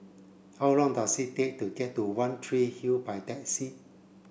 how long does it take to get to One Tree Hill by taxi